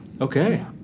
Okay